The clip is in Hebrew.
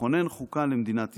תכונן חוקה למדינת ישראל".